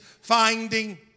finding